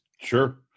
Sure